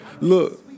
look